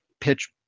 pitch